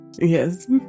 Yes